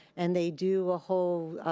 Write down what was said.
and they do a whole